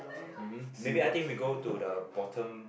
mm maybe I think we go to the bottom